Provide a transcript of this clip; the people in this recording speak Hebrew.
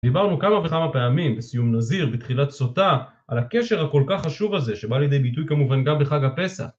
דיברנו כמה וכמה פעמים בסיום נזיר, בתחילת סוטה, על הקשר הכל כך חשוב הזה שבא לידי ביטוי כמובן גם בחג הפסח